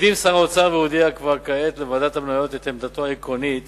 הקדים שר האוצר והודיע כבר כעת לוועדת המניות את עמדתו העקרונית